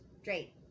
straight